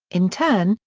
in turn,